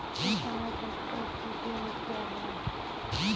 इस समय ट्रैक्टर की कीमत क्या है?